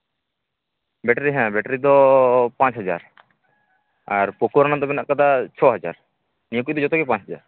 battery ᱦᱮᱸ battery ᱫᱚ ᱯᱟᱸᱪ ᱦᱟᱡᱟᱨ ᱟᱨ ᱯᱚᱠᱳ ᱨᱮᱱᱟᱜ ᱫᱚ ᱢᱮᱱᱟᱜ ᱠᱟᱫᱟ ᱪᱷᱚ ᱦᱟᱡᱟᱨ ᱱᱤᱭᱟᱹᱠᱚ ᱤᱫᱤ ᱠᱟᱛᱮ ᱜᱮ ᱯᱟᱸᱪ ᱦᱟᱡᱟᱨ